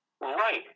Right